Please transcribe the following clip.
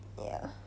ya